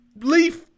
Leaf